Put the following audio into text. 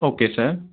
okay sir